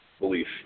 belief